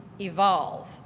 evolve